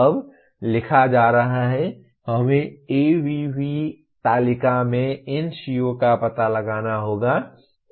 अब लिखा जा रहा है हमें ABV तालिका में इन CO का पता लगाना होगा